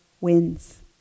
wins